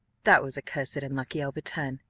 that was a cursed unlucky overturn!